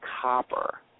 copper